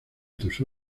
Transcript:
tus